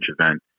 event